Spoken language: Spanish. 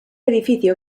edificio